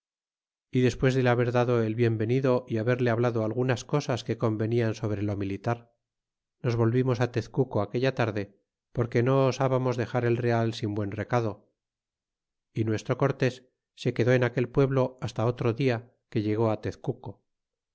y despues de le haber dado el bien venido y haberle hablado algunas cosas que convenían sobre lo militar nos volvimos tezcuco aquella tarde porque no osábamos dexar el real sin buen recado y nuestro cortés se quedó en aquel pueblo basta otro dia que llegó tezcuco